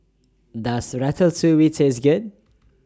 Does Ratatouille Taste Good